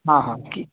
हाँ हाँ कि